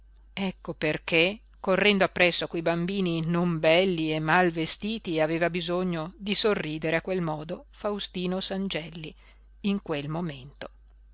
ecco perché correndo appresso a quei bambini non belli e mal vestiti aveva bisogno di sorridere a quel modo faustino sangelli in quel momento